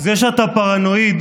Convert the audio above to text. זה שאתה פרנואיד